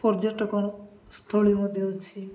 ପର୍ଯ୍ୟଟକସ୍ଥଳୀ ମଧ୍ୟ ଅଛି